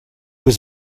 was